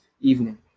evening